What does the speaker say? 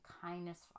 kindness